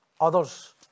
others